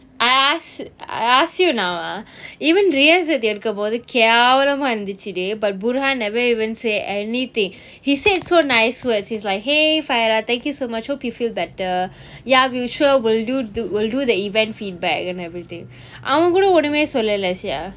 I ask I ask you now ah even priya said எடுக்கும் போது கேவலம் இருந்துச்சுடி :eadukum bothu keavalam irunthuchidi but boorhann never even say anything he said so nice words is like !hey! fairah thank you so much hope you feel better ya we sure we'll do do we'll do the event feedback and everything அவன் கூட ஒன்னுமே சொல்லல :avan kuda onumey sollala